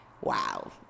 wow